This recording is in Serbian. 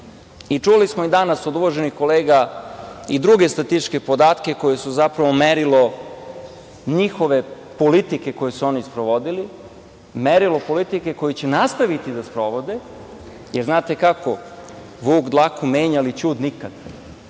smo danas od uvaženih kolega i druge statističke podatke koji su zapravo merilo njihove politike koju su oni sprovodili, merilo politike koju će nastaviti da sprovode, jer, znate kako, vuk dlaku menja, ali ćud nikada.